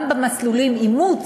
גם במסלולים של אימוץ,